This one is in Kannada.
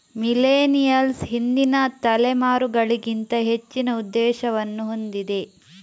ಮಿಲೇನಿಯಲ್ಸ್ ಹಿಂದಿನ ತಲೆಮಾರುಗಳಿಗಿಂತ ಹೆಚ್ಚಿನ ಉದ್ದೇಶವನ್ನು ಹೊಂದಿದೆ